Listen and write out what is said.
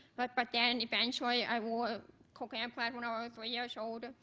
but but then eventually i wore a cochlear implant when ah i was three years old.